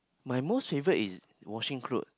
my most favourite is washing clothes